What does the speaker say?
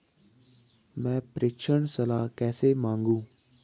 मैं प्रेषण सलाह कैसे मांगूं?